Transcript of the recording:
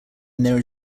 there